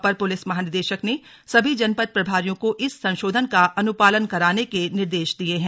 अपर police महानिदेशक ने सभी जनपद प्रभारियों को इस संशोधन का अनुपालन कराने के निर्देश दिये हैं